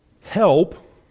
help